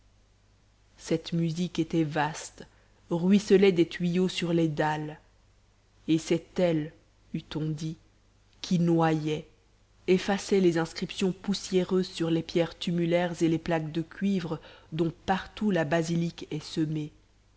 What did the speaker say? cette musique était vaste ruisselait des tuyaux sur les dalles et c'est elle eût-on dit qui noyait effaçait les inscriptions poussiéreuses sur les pierres tumulaires et les plaques de cuivre dont partout la basilique est semée